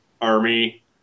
army